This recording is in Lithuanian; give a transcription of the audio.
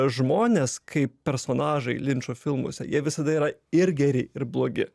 žmonės kaip personažai linčo filmuose jie visada yra ir geri ir blogi